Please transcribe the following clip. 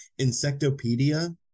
Insectopedia